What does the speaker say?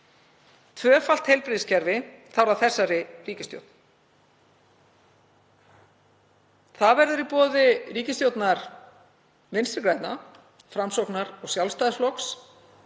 tvöfalt heilbrigðiskerfi þá er það þessari ríkisstjórn. Það verður í boði ríkisstjórnar Vinstri grænna, Framsóknarflokks og Sjálfstæðisflokks